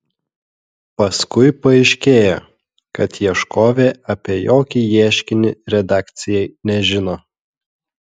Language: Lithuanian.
paskui paaiškėjo kad ieškovė apie jokį ieškinį redakcijai nežino